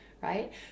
right